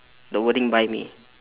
the wording buy me